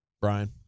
Brian